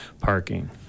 parking